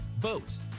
boats